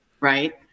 right